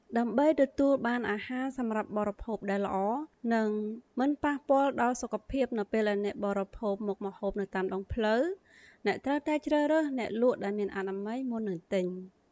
ដើម្បីទទួលបានអាហារសម្រាប់បរិភោគដែលល្អ និងមិនប៉ះពាល់ដល់សុខភាពនៅពេលអ្នកបរិភោគមុខម្ហូបនៅតាមដងផ្លូវ អ្នកត្រូវតែជ្រើសរើសអ្នកលក់ដែលមានអនាម័យ មុននឹងទិញ។